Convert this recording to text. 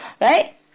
Right